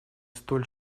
столь